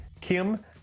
Kim